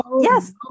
yes